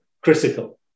critical